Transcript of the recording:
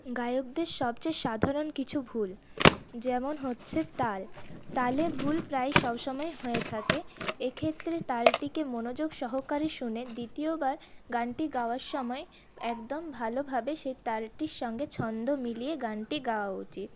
গায়কদের সবচেয়ে সাধারণ কিছু ভুল যেমন হচ্ছে তাল তালে ভুল প্রায় সবসময় হয়ে থাকে এক্ষেত্রে তালটিকে মনোযোগ সহকারে শুনে দ্বিতীয় বার গানটি গাওয়ার সময় একদম ভালোভাবে সে তালটির সঙ্গে ছন্দ মিলিয়ে গানটি গাওয়া উচিত